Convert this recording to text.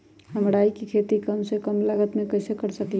हम राई के खेती कम से कम लागत में कैसे कर सकली ह?